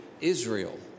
Israel